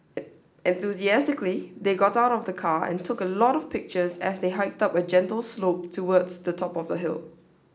enthusiastically they got out of the car and took a lot of pictures as they hiked up a gentle slope towards the top of the hill